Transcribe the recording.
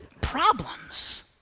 problems